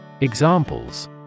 Examples